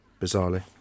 bizarrely